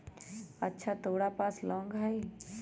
अच्छा तोरा पास लौंग हई?